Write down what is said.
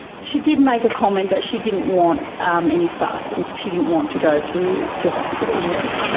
she did make a comment that she didn't want um any fuss, and she didn't want to go to to hospital, yes.